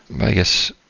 i guess,